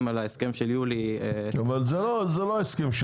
על ההסכם של יולי --- אבל זה לא ההסכם,